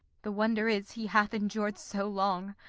the wonder is, he hath endur'd so long.